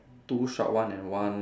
two short one and one